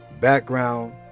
background